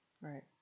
Right